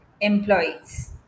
employees